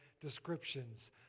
descriptions